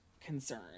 concern